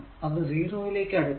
അത് 0 ലേക്ക് അടുക്കുന്നു